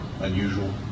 unusual